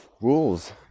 rules